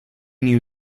new